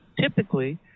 typically